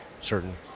certain